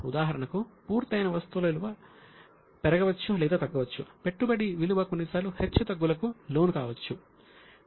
ఉదాహరణకు పూర్తయిన వస్తువుల విలువ పెరగవచ్చు లేదా తగ్గవచ్చు పెట్టుబడి విలువ కొన్నిసార్లు హెచ్చుతగ్గులకు లోనుకావచ్చు